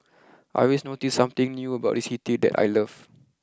I always notice something new about this city that I love